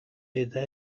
eta